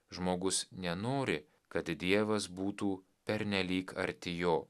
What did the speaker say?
žmogus nenori kad dievas būtų pernelyg arti jo